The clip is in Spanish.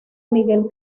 miguel